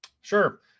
Sure